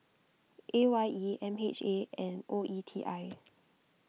A Y E M H A and O E T I